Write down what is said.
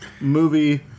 movie